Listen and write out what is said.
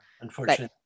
Unfortunately